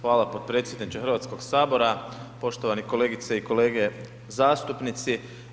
Hvala potpredsjedniče Hrvatskog sabora, poštovane kolegice i kolege zastupnici.